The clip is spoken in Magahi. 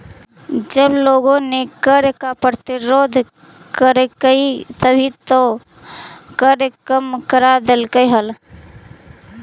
जब लोगों ने कर का प्रतिरोध करकई तभी तो कर कम करा देलकइ हल